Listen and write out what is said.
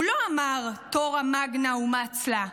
הוא לא אמר: תורה מגנא ומצלא,